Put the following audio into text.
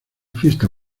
fiesta